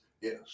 Yes